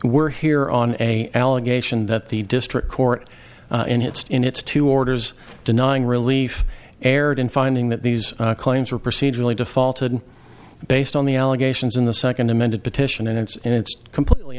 we're here on an allegation that the district court in its in its two orders denying relief erred in finding that these claims were procedurally defaulted based on the allegations in the second amended petition and it's and it's completely